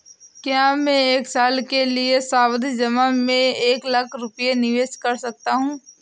क्या मैं एक साल के लिए सावधि जमा में एक लाख रुपये निवेश कर सकता हूँ?